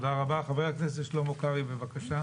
חבר הכנסת שלמה קרעי, בבקשה.